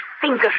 fingers